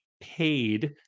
paid